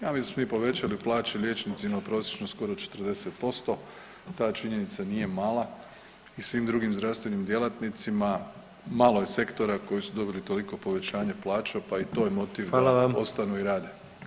Ja mislim da smo mi povećali plaće liječnicima prosječno skoro 40%, ta činjenica nije mala i svim drugim zdravstvenim djelatnicima, malo je sektora koji su dobili toliko povećanje plaća pa i to je motiv da [[Upadica: Hvala vam.]] ostanu i rade.